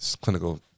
clinical